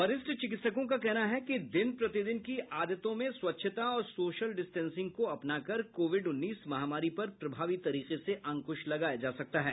वरिष्ठ चिकित्सकों का कहना है कि दिन प्रतिदिन की आदतों में स्वच्छता और सोशल डिस्टेंसिंग को अपनाकर कोविड उन्नीस महामारी पर प्रभावी तरीके से अंकुश लगाया जा सकता है